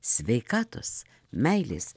sveikatos meilės